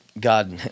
God